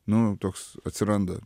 nu toks atsiranda